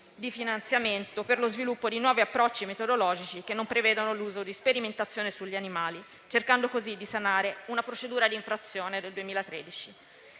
di finanziamento per lo sviluppo di nuovi approcci metodologici che non prevedano l'uso di sperimentazione sugli animali, cercando così di sanare una procedura di infrazione del 2013.